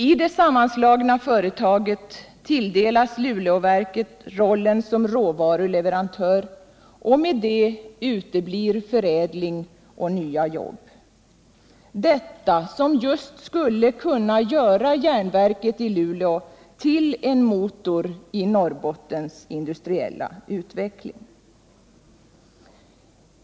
I det sammanslagna företaget tilldelas Luleåverket rollen som råvaruleverantör, och med det uteblir förädling och nya jobb — detta som just skulle kunna göra järnverket i Luleå till en motor i Norrbottens industriella utveckling.